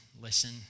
listen